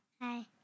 Hi